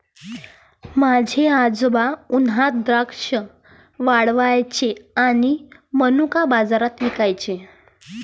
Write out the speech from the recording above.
माझे आजोबा उन्हात द्राक्षे वाळवायचे आणि मनुका बाजारात विकायचे